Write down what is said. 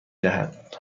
دهد